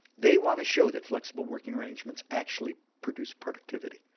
they want to show that flexible working arrangements actually produce productivity.